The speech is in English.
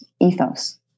ethos